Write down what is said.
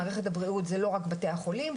מערכת הבריאות זה לא רק בתי החולים,